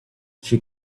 she